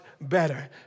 better